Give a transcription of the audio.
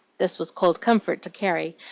this was cold comfort to carrie,